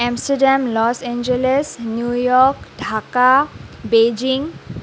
Amsterdam Los Angeles New York Dhaka Beijing